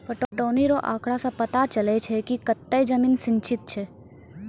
पटौनी रो आँकड़ा से पता चलै छै कि कतै जमीन सिंचित छै